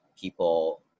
people